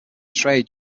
trade